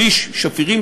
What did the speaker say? שליש שפירים,